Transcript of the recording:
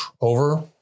over